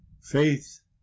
faith